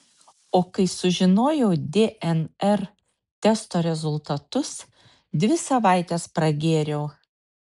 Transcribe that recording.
o kai sužinojau dnr testo rezultatus dvi savaites pragėriau